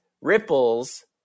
ripples